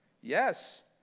Yes